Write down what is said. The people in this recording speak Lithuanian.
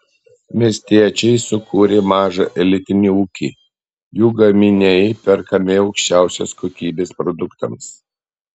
miestiečiai sukūrė mažą elitinį ūkį jų gaminiai perkami aukščiausios kokybės produktams